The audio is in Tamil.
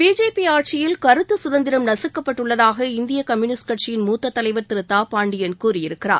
பிஜேபி ஆட்சியில் கருத்து குதந்திரம் நகக்கப்பட்டுள்ளதாக இந்திய கம்யூனிஸ்ட் கட்சியின் மூத்த தலைவர் திரு தா பாண்டியன் கூறியிருக்கிறார்